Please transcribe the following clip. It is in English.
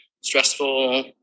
stressful